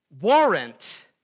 warrant